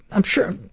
i'm sure,